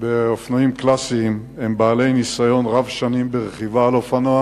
באופנועים קלאסיים הם בעלי ניסיון רב שנים ברכיבה על אופנוע.